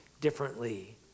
differently